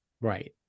Right